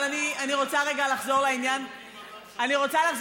אבל אני רוצה לחזור לעניין הרציני.